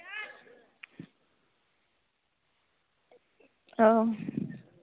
ᱚ